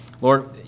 Lord